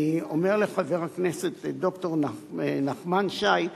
אני אומר לחבר הכנסת ד"ר נחמן שי,